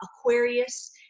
Aquarius